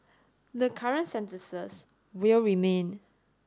the current sentences will remain